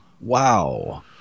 Wow